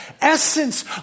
essence